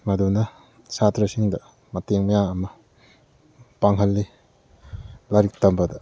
ꯃꯗꯨꯅ ꯁꯥꯇ꯭ꯔꯁꯤꯡꯗ ꯃꯇꯦꯡ ꯃꯌꯥꯝ ꯑꯃ ꯄꯥꯡꯍꯜꯂꯤ ꯂꯥꯏꯔꯤꯛ ꯇꯝꯕꯗ